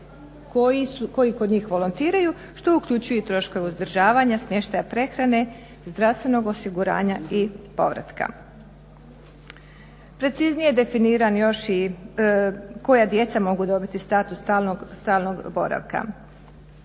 koji kod njih volontiraju što uključuje i troškove uzdržavanja, smještaja, prehrane, zdravstvenog osiguranja i povratka. Preciznije je definirano još i koja djeca mogu dobiti status stalnog boravka.